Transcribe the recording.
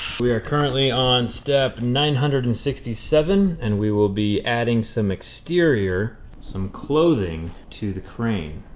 we are currently on step nine hundred and sixty seven, and we will be adding some exterior, some clothing, to the crane.